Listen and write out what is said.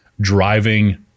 driving